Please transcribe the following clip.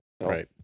right